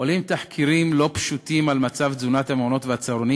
עולים תחקירים לא פשוטים על מצב התזונה במעונות ובצהרונים,